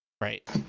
Right